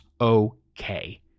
okay